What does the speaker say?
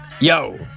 Yo